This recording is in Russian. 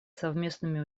совместными